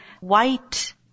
white